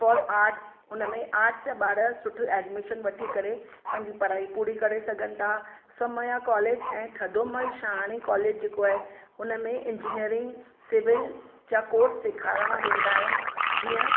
for arts उनमें arts जा ॿार सुठी एडमिशन वठी करे पंहिंजी पढ़ाई पूरी करे सघनि था समया कॉलेज ऐं थदोमल शहाणी कॉलेज जेको आहे उनमें इंजीनिअरिंग सिविल जा कोर्स सेखारणा वेंदा आहिनि जीअं